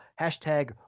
hashtag